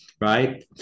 right